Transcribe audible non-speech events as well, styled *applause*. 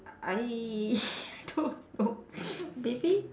I *laughs* don't know maybe